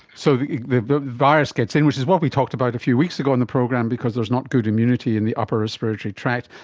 so the the virus gets in, which is what we talked about a few weeks ago on the program, because there is not good immunity in the upper respiratory tract,